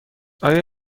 آیا